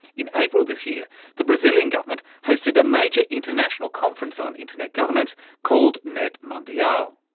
in april this year the brazilian government hosted a major international conference on internet governance called netmundial.